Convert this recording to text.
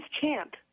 Champ